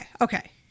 Okay